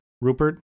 Rupert